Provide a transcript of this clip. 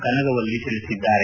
ಕನಗವಲ್ಲಿ ತಿಳಿಸಿದ್ದಾರೆ